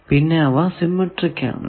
പിന്നെ അവ സിമെട്രിക് ആണ്